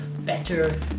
better